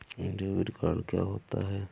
Debit card क्या होता है?